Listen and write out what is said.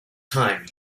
time